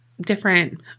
different